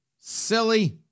silly